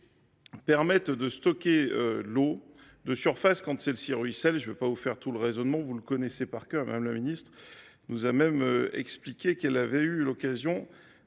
permet de stocker l’eau de surface quand celle ci ruisselle – je vous épargne le raisonnement, vous le connaissez par cœur : Mme la ministre nous a même expliqué qu’elle avait eu l’occasion,